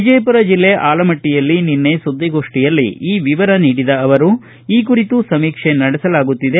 ವಿಜಯಪುರ ಜಿಲ್ಲೆ ಆಲಮಟ್ಟಿಯಲ್ಲಿ ನಿನ್ನೆ ಸುದ್ದಿಗೋಷ್ಠಿಯಲ್ಲಿ ಈ ವಿವರ ನೀಡಿದ ಅವರು ಈ ಕುರಿತು ಸಮೀಕ್ಷೆ ನಡೆಸಲಾಗುತ್ತಿದೆ